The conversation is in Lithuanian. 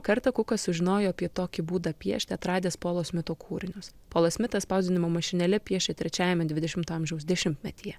kartą kukas sužinojo apie tokį būdą piešti atradęs polo smito kūrinius polas smitas spausdinimo mašinėle piešė trečiajame dvidešimto amžiaus dešimtmetyje